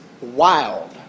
wild